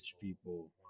people